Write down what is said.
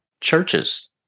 churches